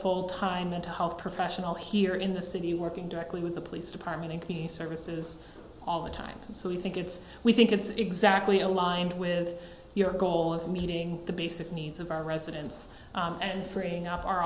full time mental health professional here in the city working directly with the police department and the services all the time and so we think it's we think it's exactly aligned with your goal of meeting the basic needs of our residents and freeing up our